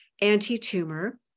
anti-tumor